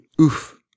Oof